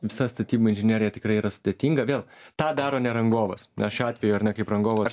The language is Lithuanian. visa statybų inžinerija tikrai yra sudėtinga vėl tą daro ne rangovas šiuo atveju ar ne kaip rangovas